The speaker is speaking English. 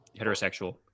heterosexual